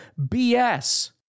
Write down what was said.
BS